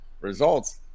results